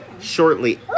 Shortly